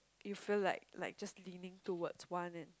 you feel like like just leaving to what want it